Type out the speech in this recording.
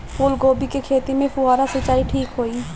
फूल गोभी के खेती में फुहारा सिंचाई ठीक होई?